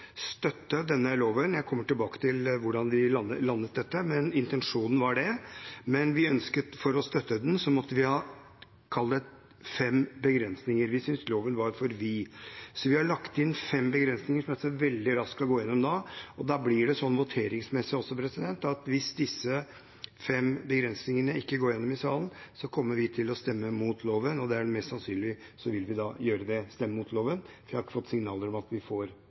støtte denne loven; jeg kommer tilbake til hvordan vi landet dette, men det var intensjonen. For å støtte den måtte vi imidlertid ha fem begrensninger. Vi syntes loven var for vid, så vi har lagt inn fem begrensninger, som jeg veldig raskt skal gå gjennom. Da blir det også sånn under voteringen at hvis disse fem begrensningene ikke går igjennom i salen, kommer vi til å stemme mot loven. Mest sannsynlig vil vi gjøre det, for vi har ikke fått signaler om at vi får